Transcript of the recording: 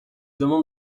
demande